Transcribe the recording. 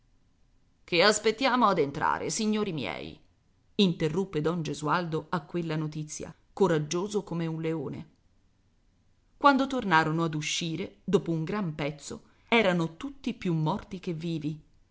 che aspettiamo ad entrare signori miei interruppe don gesualdo a quella notizia coraggioso come un leone quando tornarono ad uscire dopo un gran pezzo erano tutti più morti che vivi